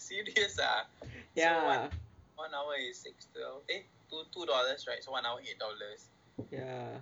serious ah so one one hour is six twelve eh two dollars right so one hour eight dollars